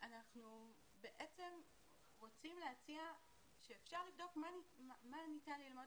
אנחנו רוצים להציע שאפשר לבדוק מה ניתן ללמוד